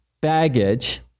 baggage